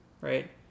right